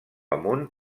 amunt